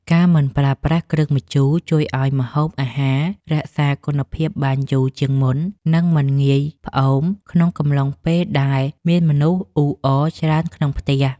ការមិនប្រើប្រាស់គ្រឿងម្ជូរជួយឱ្យម្ហូបអាហាររក្សាគុណភាពបានយូរជាងមុន និងមិនងាយផ្អូមក្នុងកំឡុងពេលដែលមានមនុស្សអ៊ូអរច្រើនក្នុងផ្ទះ។